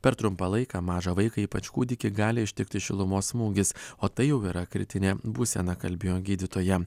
per trumpą laiką mažą vaiką ypač kūdikį gali ištikti šilumos smūgis o tai jau yra kritinė būsena kalbėjo gydytoja